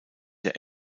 der